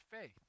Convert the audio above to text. faith